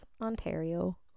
Ontario